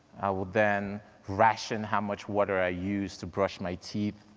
i would then ration how much water i used to brush my teeth,